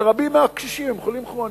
ורבים מהקשישים הם חולים כרוניים,